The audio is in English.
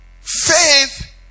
Faith